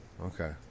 okay